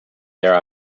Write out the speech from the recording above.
there